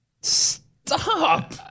Stop